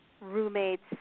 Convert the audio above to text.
roommate's